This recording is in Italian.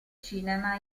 cinema